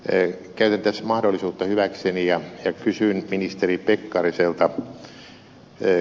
käytän tässä mahdollisuutta hyväkseni ja kysyn ministeri pekkariselta